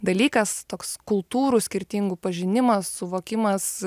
dalykas toks kultūrų skirtingų pažinimas suvokimas